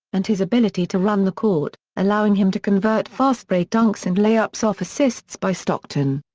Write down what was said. and his ability to run the court, allowing him to convert fastbreak dunks and lay-ups off assists by stockton.